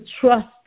trust